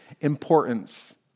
importance